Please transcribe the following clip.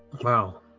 wow